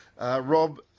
Rob